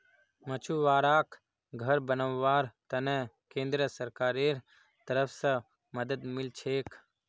मछुवाराक घर बनव्वार त न केंद्र सरकारेर तरफ स मदद मिल छेक